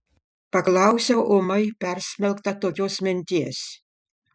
paklausiau ūmai persmelkta tokios minties